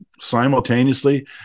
simultaneously